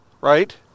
right